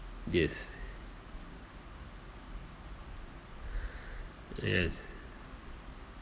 yes yes